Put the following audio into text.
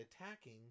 attacking